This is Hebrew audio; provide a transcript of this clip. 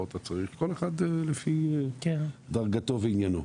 כל אחד לפי דרגתו ועניינו.